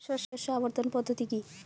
শস্য আবর্তন পদ্ধতি কি?